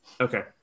okay